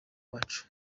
bacu